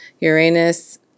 Uranus